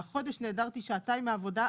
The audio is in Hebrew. החודש נעדרתי שעתיים מהעבודה,